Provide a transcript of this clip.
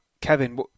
Kevin